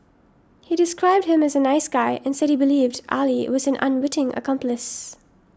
he described him as a nice guy and said he believed Ali was an unwitting accomplice